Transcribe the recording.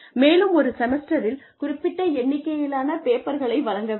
மேலும் ஒரு செமஸ்டரில் குறிப்பிட்ட எண்ணிக்கையிலான பேப்பர்களை வழங்க வேண்டும்